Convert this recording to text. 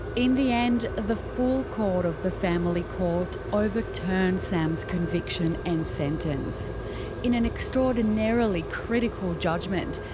in the end the full court of the family court overturned sam's conviction and sentence in an extraordinarily critical judgement,